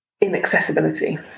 inaccessibility